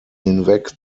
hinweg